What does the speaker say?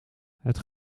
het